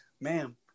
Ma'am